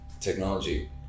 technology